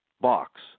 box